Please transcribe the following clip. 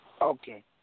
Okay